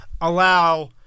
allow